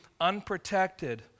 unprotected